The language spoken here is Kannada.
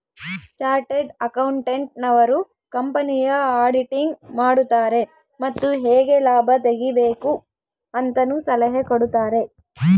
ಚಾರ್ಟೆಡ್ ಅಕೌಂಟೆಂಟ್ ನವರು ಕಂಪನಿಯ ಆಡಿಟಿಂಗ್ ಮಾಡುತಾರೆ ಮತ್ತು ಹೇಗೆ ಲಾಭ ತೆಗಿಬೇಕು ಅಂತನು ಸಲಹೆ ಕೊಡುತಾರೆ